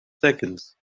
seconds